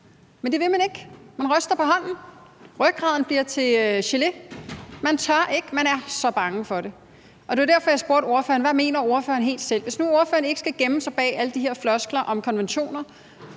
Men det vil man ikke. Man ryster på hånden. Rygraden bliver til gelé. Man tør ikke – man er så bange for det. Det var derfor, jeg spurgte ordføreren: Hvad mener ordføreren helt selv? Hvis nu ordføreren ikke skal gemme sig bag alle de her floskler om konventioner,